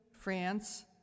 France